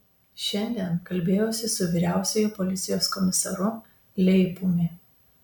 šiandien kalbėjausi su vyriausiuoju policijos komisaru leipumi